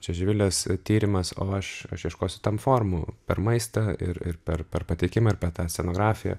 čia živilės tyrimas o aš aš ieškosiu ten formų per maistą ir ir per per pateikimą ir per tą scenografiją